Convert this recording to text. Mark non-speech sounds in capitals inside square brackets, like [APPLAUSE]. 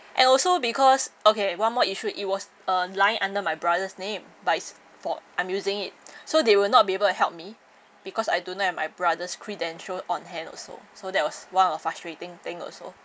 and also because okay one more issue it was uh line under my brother's name but is for I'm using it [BREATH] so they were not be able to help me because I don't have my brother's credential on hand also so that was one of the frustrating thing also